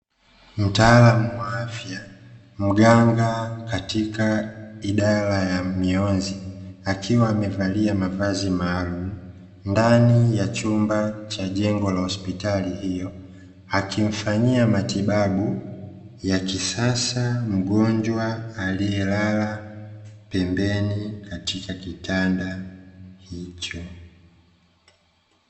Mtaalamu wa afya mganga katika idara ya mionzi akiwa amevalia mavazi maalumu ndani ya chumba cha jengo la hospitali hiyo, akimfanyia matibabu ya kisasa mgonjwa aliye lala pembeni katika kitanda hicho.